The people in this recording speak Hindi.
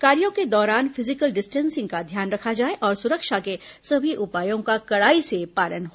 कार्यों के दौरान फिजिकल डिस्टेंसिंग का ध्यान रखा जाए और सुरक्षा के सभी उपायों का कड़ाई से पालन हो